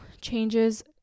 changes